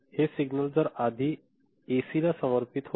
हे सिग्नल जर ते आधी ए सी ला समर्पित होते